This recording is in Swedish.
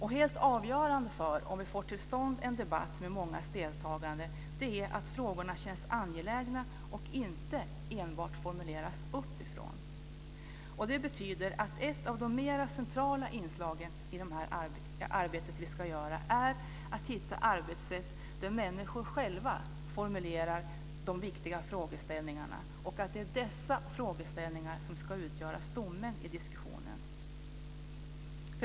Helt avgörande för om vi får till stånd en debatt med mångas deltagande är att frågorna känns angelägna och inte enbart formuleras uppifrån. Det betyder att ett av de mer centrala inslagen i arbetet är att hitta arbetssätt där människor själva formulerar de viktiga frågeställningarna och att dessa frågeställningar ska utgöra stommen i diskussionen.